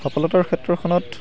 সফলতাৰ ক্ষেত্ৰখনত